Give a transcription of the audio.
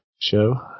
show